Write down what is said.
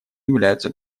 являются